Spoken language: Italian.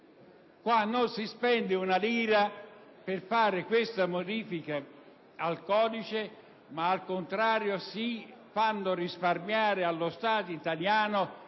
Qui non si spende una lira per fare questa modifica al codice: al contrario, si fanno risparmiare allo Stato italiano